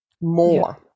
more